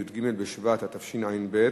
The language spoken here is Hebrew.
י"ג בשבט התשע"ב,